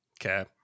Okay